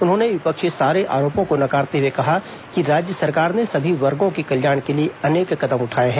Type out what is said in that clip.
उन्होंने विपक्ष के सारे आरोपों को नकारते हुए कहा कि राज्य सरकार ने सभी वर्गों के कल्याण के लिए अनेक कदम उठाए हैं